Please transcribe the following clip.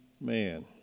man